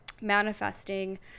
manifesting